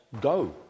go